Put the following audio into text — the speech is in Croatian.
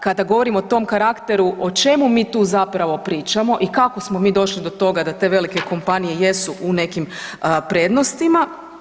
Kada govorim o tom karakteru o čemu mi tu zapravo pričamo i kako smo mi došli do toga da te velike kompanije jesu u nekim prednostima.